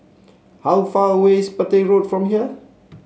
how far away is Petir Road from here